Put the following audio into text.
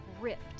ripped